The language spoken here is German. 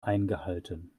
eingehalten